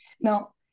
Now